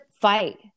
fight